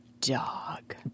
dog